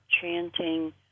chanting